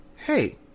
Hey